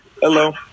Hello